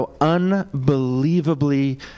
unbelievably